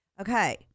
Okay